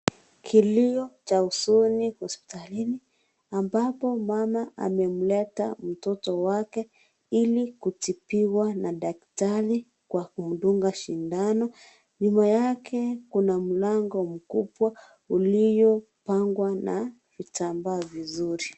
Kilio cha huzuni hospitalini ambapo mama amemleta mtoto wake ili kutibiwa na daktari kwa kumdunga sindano. Nyuma yake kuna mlango mkubwa uliopangwa na vitambaa vizuri.